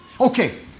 Okay